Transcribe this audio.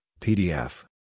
PDF